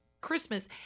Christmas